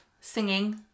singing